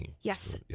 Yes